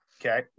Okay